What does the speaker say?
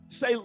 say